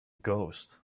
ghost